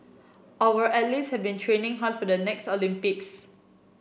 our athletes have been training hard for the next Olympics